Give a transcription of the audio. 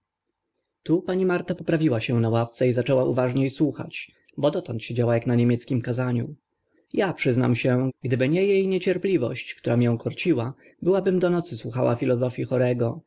tu pani marta poprawiła się na ławce i zaczęła uważnie słuchać bo dotąd siedziała ak na niemieckim kazaniu ja przyznam się gdyby nie e niecierpliwość która mię korciła byłabym do nocy słuchała filozofii